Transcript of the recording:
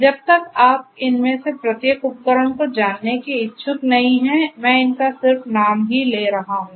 जब तक आप इनमें से प्रत्येक उपकरण को जानने के इच्छुक नहीं हैं मैं इनका सिर्फ नाम ले रहा हूं